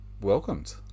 welcomed